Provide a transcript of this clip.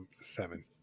Seven